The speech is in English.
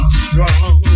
strong